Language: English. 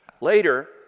Later